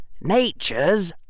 nature's